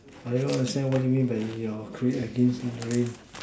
I don't understand what you mean by your create against in the rain